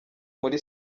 muri